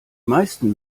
meisten